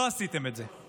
לא עשיתם את זה.